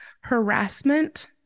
harassment